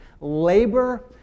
labor